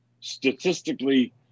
statistically